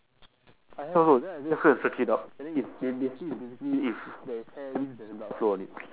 I have also then I just go and search it up and then it's they they say it's basically if there is hair means there's a blood flow on it